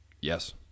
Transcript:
yes